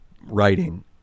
writing